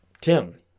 Tim